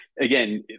again